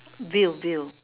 veil veil